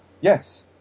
yes